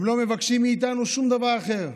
הם לא מבקשים מאיתנו שום דבר אחר.